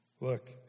Look